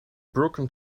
broken